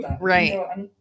Right